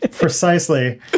precisely